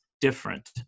different